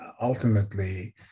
ultimately